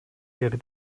wäre